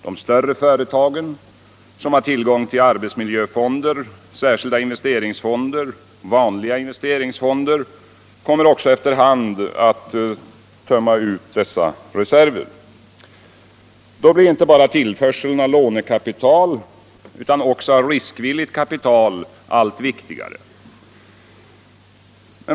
De större företagen som har tillgång till arbetsmiljöfonder, särskilda investeringsfonder och vanliga investeringsfonder, kommer också efter hand att tömma ut dessa reserver. Då blir tillförseln inte bara av lånekapital utan också av riskvilligt kapital allt viktigare.